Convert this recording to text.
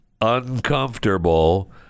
uncomfortable